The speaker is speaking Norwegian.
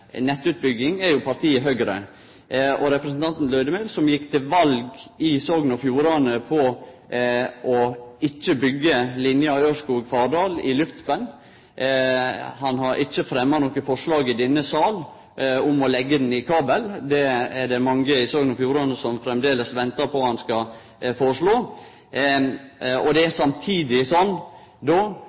nettutbygging, er partiet Høgre og representanten Lødemel, som gjekk til val i Sogn og Fjordane på ikkje å byggje linja Ørskog–Fardal i luftspenn. Han har ikkje fremma noko forslag i denne sal om å leggje ho i kabel. Det er det mange i Sogn og Fjordane som framleis venter på at han skal foreslå. Den linja vil vere heilt avgjerande for å realisere det